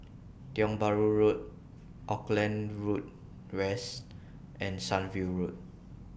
Tiong Bahru Road Auckland Road West and Sunview Road